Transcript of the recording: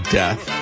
death